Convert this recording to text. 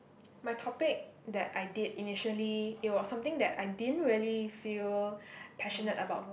my topic that I did initially it was something that I didn't really feel passionate about